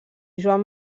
joan